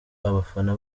abafana